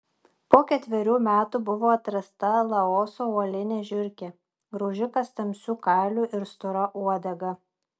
po ketverių metų buvo atrasta laoso uolinė žiurkė graužikas tamsiu kailiu ir stora uodega